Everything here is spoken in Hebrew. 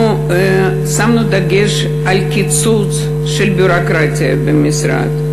אנחנו שמנו דגש על קיצוץ הביורוקרטיה במשרד,